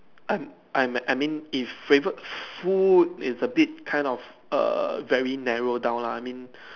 I'm I'm I mean if favorite food is a bit kind of err very narrow down lah I mean